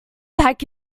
back